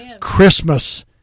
Christmas